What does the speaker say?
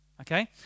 Okay